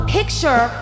picture